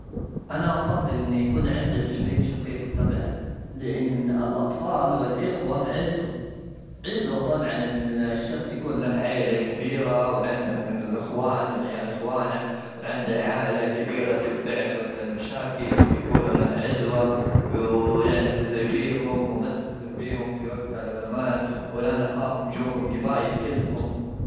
أنا أفضل إن يكون عندي عشرين شقيق، طبعًا. لأن الأطفال والإخوة عزوة، عزوة طبعًا. إن الشخص يكون له عيلة كبيرة وعنده من الإخوان وعيال إخوانه. وعنده عائلة كبيرة تنفعه وقت المشاكل، يكونوا له عزوة و يعتزي بيهم. ومحتزم بيهم في وقت الازمات، ولا نخاهم جوهم، جبايل كلهم.